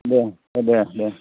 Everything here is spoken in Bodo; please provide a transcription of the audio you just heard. दे दे दे